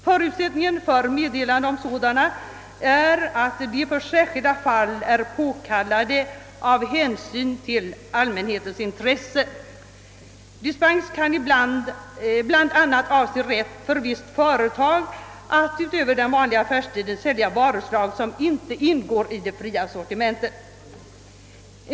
Förutsättningen för meddelande om sådana är att de i särskilda fall är påkallade av hänsyn till allmänhetens intresse. Dispens kan bland annat avse rätt för visst företag att utöver den vanliga affärstiden sälja varuslag som inte ingår i det fria sortimentet.